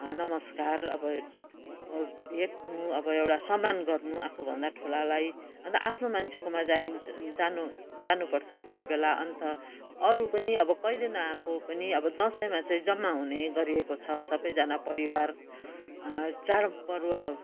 नमस्कार अब भेट्नु अब एउटा सम्मान गर्नु आफू भन्दा ठुलालाई अन्त आफ्नो मान्छेकोमा जाइन्छ जानु जानुपर्छ त्यति बेला अन्त अरू पनि अब कहिले नआएको पनि दसैँमा चाहिँ जम्मा हुने गरिएको छ सबैजना परिवार ह चाडपर्व